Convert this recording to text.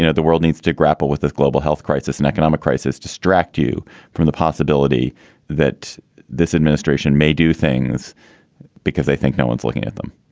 you know the world needs to grapple with the global health crisis and economic crisis, distract you from the possibility that this administration may do things because they think no one's looking at them.